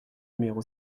numéro